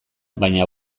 baina